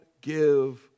give